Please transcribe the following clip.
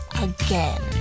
again